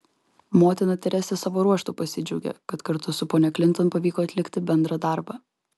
motina teresė savo ruožtu pasidžiaugė kad kartu su ponia klinton pavyko atlikti bendrą darbą